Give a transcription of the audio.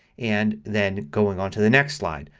and then going on to the next slide.